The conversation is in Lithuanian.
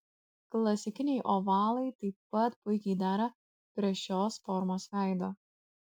klasikiniai ovalai taip pat puikiai dera prie šios formos veido